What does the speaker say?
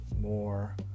more